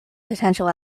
potential